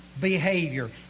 behavior